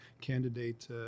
candidate